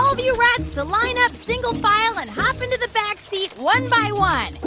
all of you rats to line up single file and hop into the back seat one by one.